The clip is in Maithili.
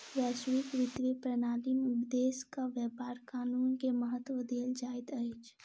वैश्विक वित्तीय प्रणाली में देशक व्यापार कानून के महत्त्व देल जाइत अछि